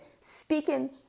speaking